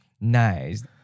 Nice